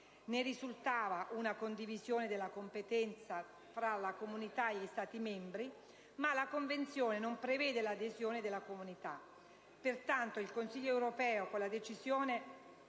Ne risultava una condivisione della competenza fra la Comunità e gli Stati membri, ma la Convenzione non prevede l'adesione della Comunità. Pertanto, il Consiglio europeo, con la decisione